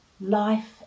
Life